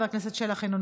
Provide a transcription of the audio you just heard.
חבר הכנסת יוסי יונה,